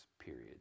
period